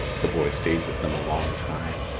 the boy stayed with them a long time.